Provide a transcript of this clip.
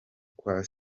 kwa